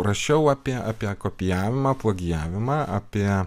rašiau apie apie kopijavimą plagijavimą apie